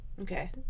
Okay